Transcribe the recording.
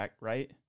right